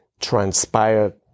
transpired